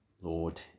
Lord